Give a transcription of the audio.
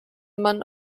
man